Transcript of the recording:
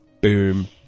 Boom